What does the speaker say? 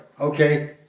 Okay